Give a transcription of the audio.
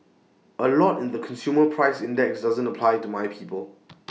A lot in the consumer price index doesn't apply to my people